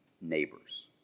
neighbors